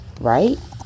right